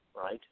right